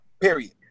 period